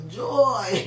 joy